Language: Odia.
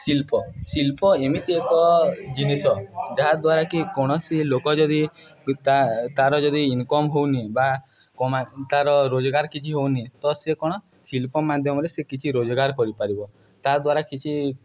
ଶିଳ୍ପ ଶିଳ୍ପ ଏମିତି ଏକ ଜିନିଷ ଯାହାଦ୍ୱାରା କି କୌଣସି ଲୋକ ଯଦି ତା ତାର ଯଦି ଇନକମ୍ ହଉନି ବା କମା ତାର ରୋଜଗାର କିଛି ହଉନି ତ ସେ କଣ ଶିଳ୍ପ ମାଧ୍ୟମରେ ସେ କିଛି ରୋଜଗାର କରିପାରିବ ତାଦ୍ୱାରା କିଛି